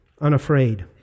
Unafraid